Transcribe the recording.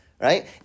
Right